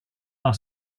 our